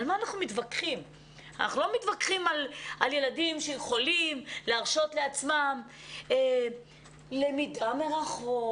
אנחנו לא מתווכחים על ילדים שיכולים להרשות לעצמם למידה מרחוק,